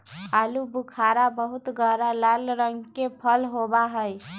आलू बुखारा बहुत गहरा लाल रंग के फल होबा हई